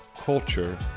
culture